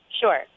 Sure